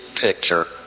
picture